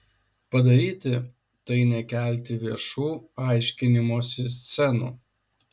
padaryti tai nekelti viešų aiškinimosi scenų